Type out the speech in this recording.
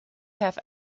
have